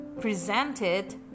presented